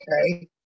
Okay